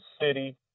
city